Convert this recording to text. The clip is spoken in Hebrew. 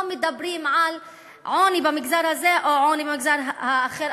מדברים על עוני במגזר הזה או עוני במגזר האחר,